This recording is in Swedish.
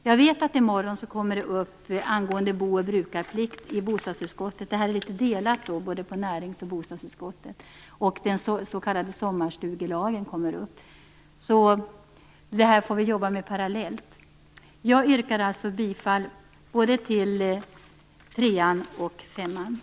Jag vet att frågan angående bo och brukarplikt kommer upp i bostadsutskottet i morgon. Det är delat på närings och bostadsutskotten. Den s.k. sommarstugelagen kommer också upp. Vi får alltså jobba med det här parallellt. Jag yrkar bifall till både reservation 3 och reservation 5.